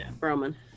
roman